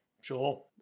Sure